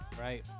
right